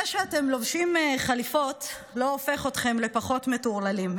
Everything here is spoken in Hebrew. זה שאתם לובשים חליפות לא הופך אתכם לפחות מטורללים.